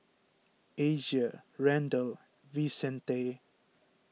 Asia Randall Vicente